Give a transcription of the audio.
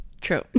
True